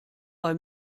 bei